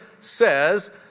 says